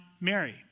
Mary